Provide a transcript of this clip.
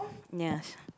yes